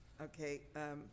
Okay